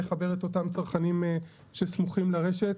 לחבר את כל אותם הצרכנים שסמוכים לרשת.